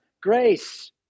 Grace